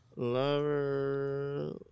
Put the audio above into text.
Lover